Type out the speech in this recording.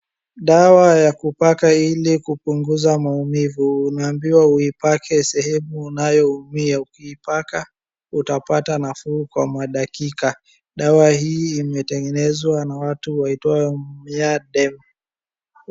Dawa ya kupaka ili kupunguza maumivu unaambiwa uipake sehemu unayoumia. Ukiipaka utapata nafuu kwa madakika. Dawa hii imetengenezwa na watu waitwao myaderm.